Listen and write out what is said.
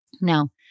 Now